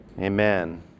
Amen